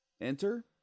Enter